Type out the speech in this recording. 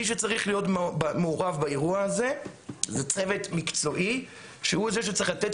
מי שצריך להיות מעורב באירוע הזה זה צוות מקצועי שהוא זה שצריך לתת